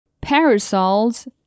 Parasols